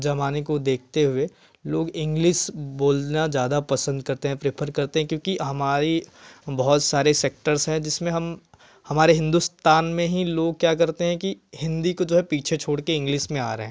ज़माने को देखते हुए लोग इंग्लिश बोलना ज़्यादा पसंद करते हैं प्रिफर करते हैं क्योंकि हमारे बहुत सारे सेक्टर्स है जिसमें हम हमारे हिंदुस्तान में लोग क्या करते हैं कि हिंदी को जो है पीछे छोड़कर इंग्लिश में आ रहें